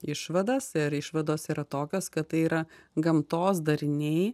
išvadas ir išvados yra tokios kad tai yra gamtos dariniai